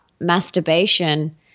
masturbation